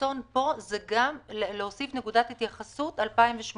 והרצון פה הוא גם להוסיף נקודת התייחסות ל-2018.